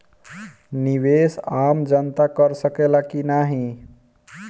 निवेस आम जनता कर सकेला की नाहीं?